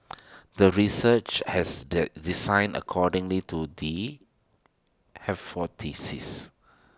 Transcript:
the research has that designed according to the hypothesis